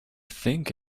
think